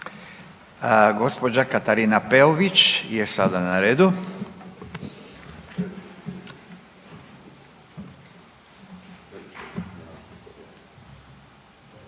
Gospođa Katarina Peović je sada na redu.